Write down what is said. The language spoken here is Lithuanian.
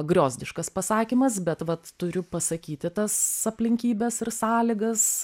griozdiškas pasakymas bet vat turiu pasakyti tas aplinkybes ir sąlygas